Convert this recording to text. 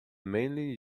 mainly